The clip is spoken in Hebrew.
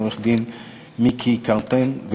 עו"ד מיקה קרטן,